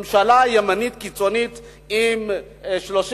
ממשלה ימנית קיצונית עם 31,